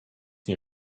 nie